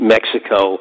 Mexico